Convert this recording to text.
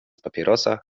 papierosa